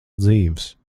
dzīvs